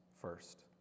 first